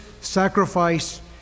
sacrifice